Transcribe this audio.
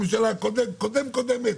הממשלה הקודמת קודמת,